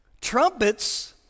trumpets